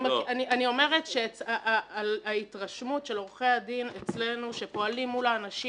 אני אומרת שההתרשמות של עורכי הדין אצלנו שפועלים מול האנשים